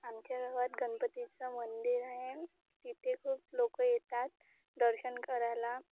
आमच्या गावात गणपतीचं मंदिर आहे तिथे खूप लोकं येतात दर्शन करायला